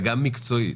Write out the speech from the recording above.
וגם מקצועית.